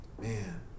Man